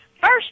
First